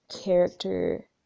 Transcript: character